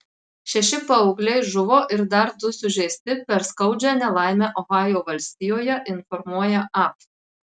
šeši paaugliai žuvo ir dar du sužeisti per skaudžią nelaimę ohajo valstijoje informuoja ap